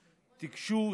תיגשו,